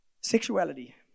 Sexuality